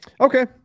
Okay